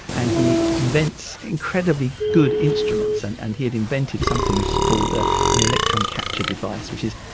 and he invents incredibly good instruments, and and he had invented something which is called ah an electron capture device which is.